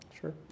Sure